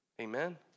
Amen